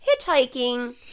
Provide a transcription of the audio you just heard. hitchhiking